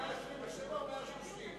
לפי סעיף 127 או לפי סעיף 130?